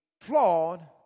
flawed